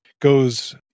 goes